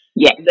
Yes